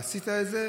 עשית את זה,